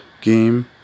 Game